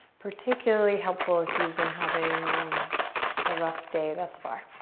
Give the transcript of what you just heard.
particularly helpful if you've been having um a rough day thus far.